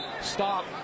stop